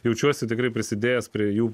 jaučiuosi tikrai prisidėjęs prie jų